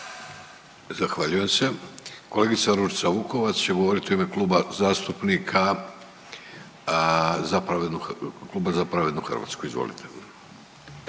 Zahvaljujem se. Kolegica Ružica Vukovac će govoriti u ime Kluba zastupnika Za pravednu Hrvatsku. Izvolite.